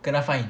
kena fine